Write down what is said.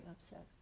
upset